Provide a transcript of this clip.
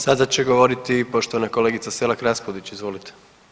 Sada će govoriti poštovana kolegica Selak Raspudić, izvolite.